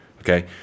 okay